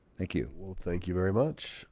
thank you well, thank you very much.